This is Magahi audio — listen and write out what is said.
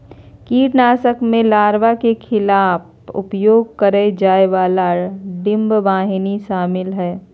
कीटनाशक में लार्वा के खिलाफ उपयोग करेय जाय वाला डिंबवाहिनी शामिल हइ